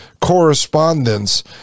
correspondence